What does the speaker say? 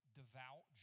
devout